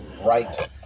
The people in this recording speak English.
Right